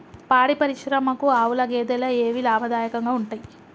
పాడి పరిశ్రమకు ఆవుల, గేదెల ఏవి లాభదాయకంగా ఉంటయ్?